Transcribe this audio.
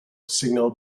signal